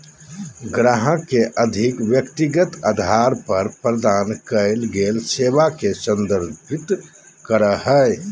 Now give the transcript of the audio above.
ग्राहक के अधिक व्यक्तिगत अधार पर प्रदान कइल गेल सेवा के संदर्भित करो हइ